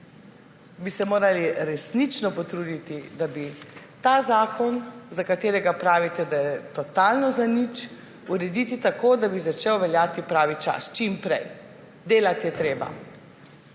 bi se morali resnično potruditi, da bi ta zakon, za katerega pravite, da je totalno zanič, uredili tako, da bi začel veljati pravi čas, čim prej. Delati je treba.